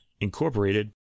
Incorporated